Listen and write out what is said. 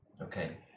okay